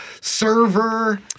server